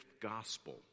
gospel